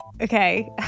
Okay